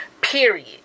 period